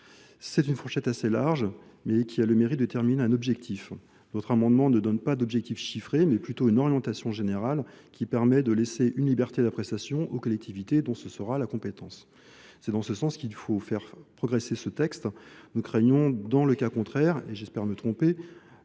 C'est une fourchette assez large mais qui a le mérite de déterminer un objectif, votre amendement nee donnee pas d'objectifs chiffrés mais plutôt une orientation générale qui permet de laisser une liberté d'appréciation aux collectivités dont ce sera la compétence. c'est dans ce sens qu'il faut faire progresser ce texte. Nous craignons dans le cas contraire et j'espère me tromper